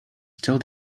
still